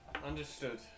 Understood